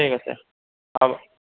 ঠিক আছে হ'ব